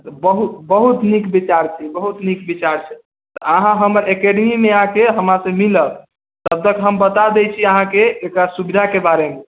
बहुत बहुत नीक विचार छी बहुत नीक विचार छै अहाँ हमर एकेडमी मे आके हमरासे मिलब तबतक हम बताए दै छी अहाँके एकटा सुविधा के बारे मे